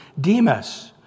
Demas